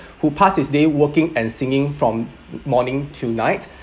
who pass his day working and singing from morning to night